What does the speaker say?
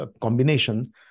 combination